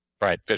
Right